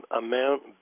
amount